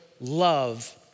love